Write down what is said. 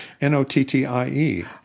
N-O-T-T-I-E